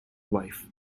wife